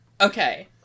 Okay